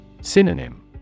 Synonym